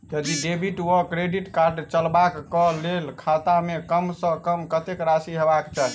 यदि डेबिट वा credit card चलबाक कऽ लेल खाता मे कम सऽ कम कत्तेक राशि हेबाक चाहि?